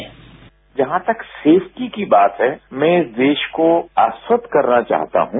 sound bite जहां तक safety की बात है मैं देश को आश्वस्त करना चाहता हूं